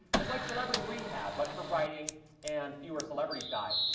it's like celebrity rehab, but for writing and fewer celebrities die.